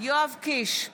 יואב קיש,